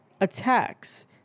attacks